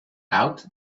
out